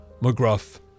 McGruff